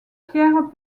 pierres